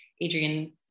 Adrian